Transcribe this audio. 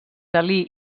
dalí